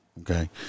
Okay